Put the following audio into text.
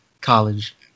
college